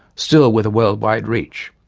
still with a worldwide reach.